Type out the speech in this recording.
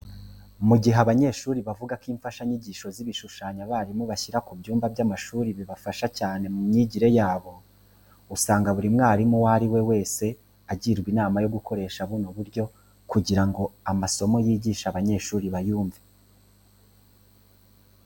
Mu gihe abanyeshuri bavuga ko imfashanyigisho z'ibishushanyo abarimu bashyira ku byumba by'amashuri bibafasha cyane mu mwigire yabo, usanga buri mwarimu uwo ari we wese agirwa inama yo gukoresha buno buryo kugira ngo amasomo yigisha abanyeshuri bayumve.